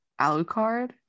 alucard